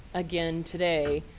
again today,